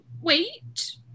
wait